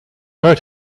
hurt